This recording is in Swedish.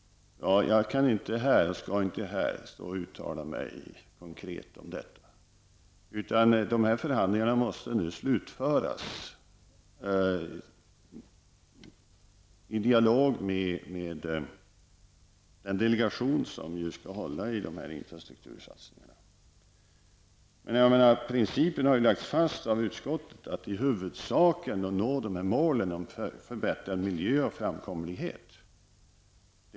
Jag kan inte, och skall inte heller, stå här och uttala mig om detta. Dessa förhandlingar måste slutföras i dialog med den delegation som ju skall hålla i dessa infrastruktursatsningar. Principen, att i huvudsak nå målen om förbättrad miljö och framkomlighet, har lagts fast av utskottet.